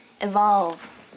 evolve